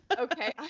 Okay